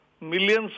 millions